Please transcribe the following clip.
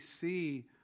see